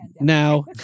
now